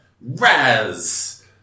Raz